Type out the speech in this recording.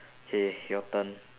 K your turn